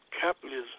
capitalism